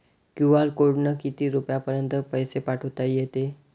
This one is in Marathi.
क्यू.आर कोडनं किती रुपयापर्यंत पैसे पाठोता येते?